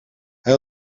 hij